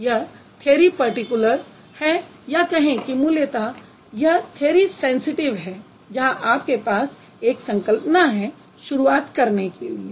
यह theory particular है या कहें कि मूलतः यह थ्यरी सैंसिटिव है जहां आपके पास एक संकल्पना है शुरुआत करने के लिए